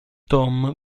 tom